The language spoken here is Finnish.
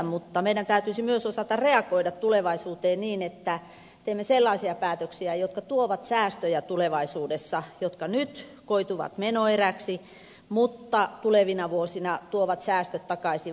mutta meidän täytyisi myös osata reagoida tulevaisuuteen niin että teemme sellaisia päätöksiä jotka tuovat säästöjä tulevaisuudessa jotka nyt koituvat menoeräksi mutta tulevina vuosina tuovat säästöt takaisin valtion budjettiin